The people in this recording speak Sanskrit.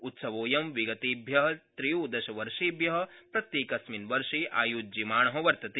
उत्सवोऽयं विगतेभ्य त्रयोदशवर्षेभ्य प्रत्येकस्मिन् वर्षे आयोज्यमाण वर्तते